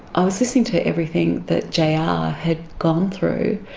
i was listening to everything that jr ah had gone through,